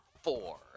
Four